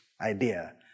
idea